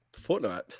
Fortnite